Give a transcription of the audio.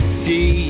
see